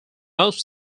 most